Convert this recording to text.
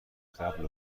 قبل